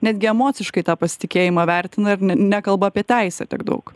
netgi emociškai tą pasitikėjimą vertina ir nekalba apie teisę tiek daug